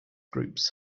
groups